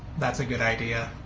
that's a good idea.